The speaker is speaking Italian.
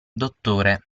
dottore